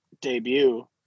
debut